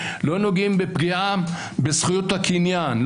לא נוגעים בפגיעה בזכויות הקניין,